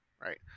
right